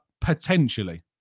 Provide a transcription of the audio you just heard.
Potentially